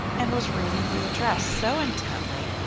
and was reading the address so intently,